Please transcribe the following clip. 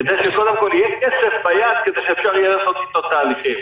כדי שקודם כל יהיה כסף ביד כדי שאפשר יהיה לעשות אתו תהליכים.